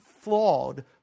flawed